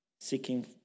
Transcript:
seeking